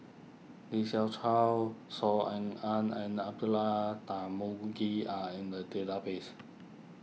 Lee Siew Choh Saw Ean Ang and Abdullah Tarmugi are in the database